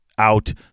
out